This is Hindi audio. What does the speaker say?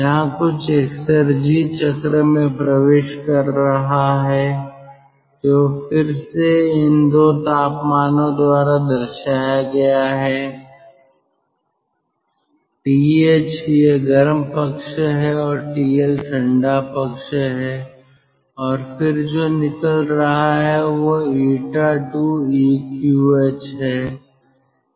यहाँ कुछ एक्सेरजी चक्र में प्रवेश कर रहा है जो फिर से इन 2 तापमानों द्वारा दर्शाया गया है TH यह गर्म पक्ष है और TLठंडा पक्ष है और फिर जो निकल रहा है वह 𝜂II EQH है